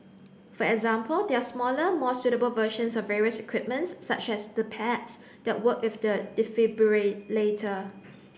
for example there are smaller more suitable versions of various equipment such as the pads that work with the defibrillator